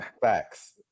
facts